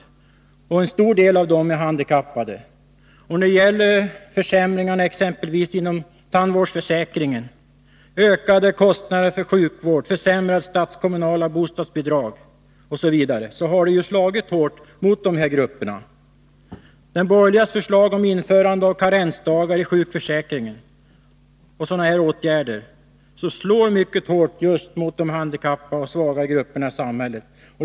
En stor del av dem är 27 april 1983 handikappade. De har drabbats av försämringarna inom exempelvis tandvårdsförsäkringen, av de ökade kostnaderna för sjukvård, av försämrade statskommunala bostadsbidrag, osv. De borgerligas förslag om införande av karensdagar i sjukförsäkringen och andra åtgärder är exempel | på sådant som slår mycket hårt just mot de handikappade och mot andra svaga grupper i samhället.